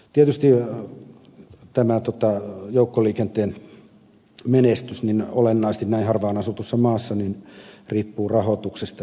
tietysti joukkoliikenteen menestys olennaisesti näin harvaanasutussa maassa riippuu rahoituksesta